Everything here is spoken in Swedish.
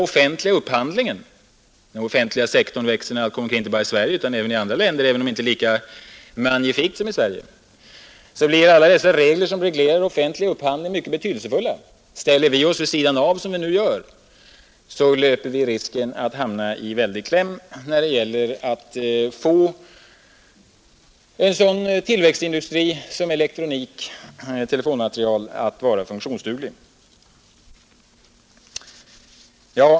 Den offentliga sektorn växer, när allt kommer omkring, inte bara här utan även i andra länder, även om det inte sker lika magnifikt som i Sverige. Ställer vi oss vid sidan av EEC så löper vi risken att hamna i kläm när det gäller att få exempelvis en sådan tillväxtindustri som elektronikoch telefonmaterielindustrin att vara funktionsduglig.